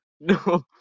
No